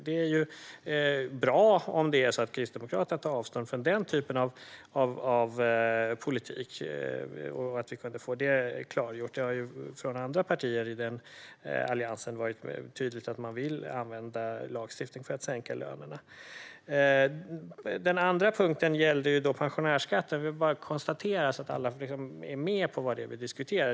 Det är bra att Kristdemokraterna tar avstånd från den typen av politik och att vi kunnat få det klargjort. Men det har ju från andra partier i Alliansen varit tydligt att man vill använda lagstiftning för att sänka lönerna. Den andra frågan gällde pensionärsskatten. Jag vill bara konstatera vissa saker, så att alla är med på vad det är vi diskuterar.